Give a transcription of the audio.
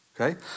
okay